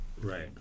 Right